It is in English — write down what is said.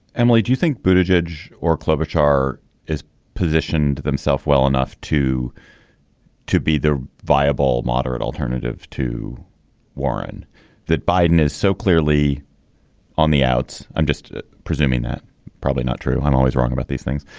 emily do you think booted edge or klobuchar is positioned himself well enough to to be the viable moderate alternative to warren that biden is so clearly on the outs. i'm just presuming that probably not true. i'm always wrong about these things.